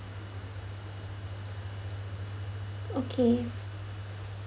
okay